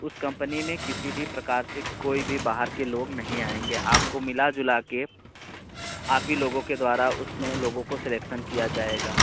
उस कम्पनी में किसी भी प्रकार से कोई भी बाहर के लोग नहीं आएंगे आपको मिलाजुला कर आप ही लोगों के द्वारा उसमें लोगों को सेलेक्सन किया जाएगा